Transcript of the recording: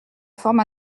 forme